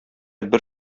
бер